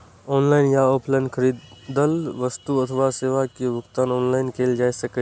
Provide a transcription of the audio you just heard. online या offline खरीदल वस्तु अथवा सेवा के भुगतान ऑनलाइन कैल जा सकैछ